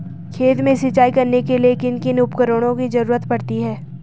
खेत में सिंचाई करने के लिए किन किन उपकरणों की जरूरत पड़ती है?